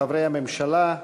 חברי הממשלה,